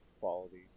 quality